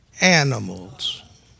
animals